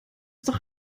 doch